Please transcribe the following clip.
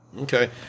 Okay